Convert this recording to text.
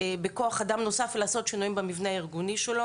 בכוח אדם נוסף; ולעשות שינויים במבנה הארגוני שלו.